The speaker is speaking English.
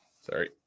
Sorry